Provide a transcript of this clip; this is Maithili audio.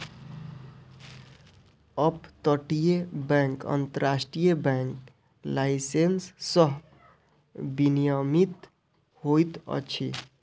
अप तटीय बैंक अन्तर्राष्ट्रीय बैंक लाइसेंस सॅ विनियमित होइत अछि